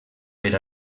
per